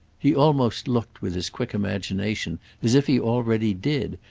he almost looked, with his quick imagination as if he already did,